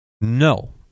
No